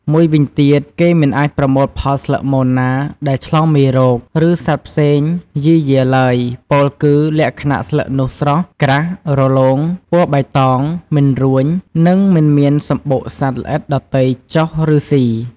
មួយវិញទៀតគេមិនអាចប្រមូលផលស្លឹកមនណាដែលឆ្លងមេរោគ ឬសត្វផ្សេងយីយាឡើយ ពោលគឺលក្ខណៈស្លឹកនោះស្រស់ ក្រាស រលោង ពណ៌បៃតង មិនរួញ និងមិនមានសំបុកសត្វល្អិតដទៃចុះ ឬស៊ី។